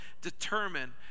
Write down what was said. Determine